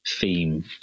theme